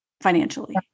financially